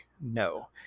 no